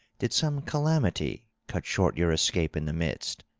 did some calamity cut short your escape in the midst?